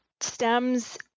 stems